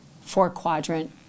four-quadrant